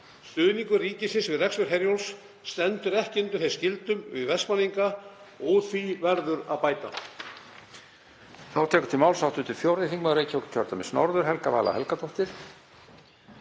Stuðningur ríkisins við rekstur Herjólfs stendur ekki undir þeim skyldum við Vestmannaeyinga og úr því verður að bæta.